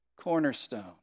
cornerstone